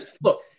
Look